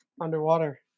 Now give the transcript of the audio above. underwater